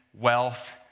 wealth